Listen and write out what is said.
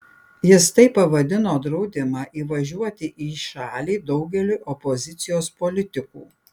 jis taip pavadino draudimą įvažiuoti į šalį daugeliui opozicijos politikų